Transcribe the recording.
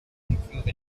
improve